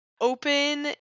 open